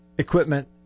Equipment